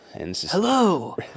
Hello